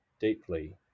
deeply